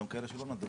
הלאה.